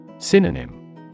Synonym